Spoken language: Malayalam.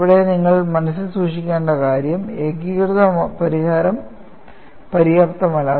ഇവിടെ നിങ്ങൾ മനസ്സിൽ സൂക്ഷിക്കേണ്ട കാര്യം ഏകീകൃത പരിഹാരം പര്യാപ്തമല്ല